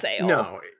no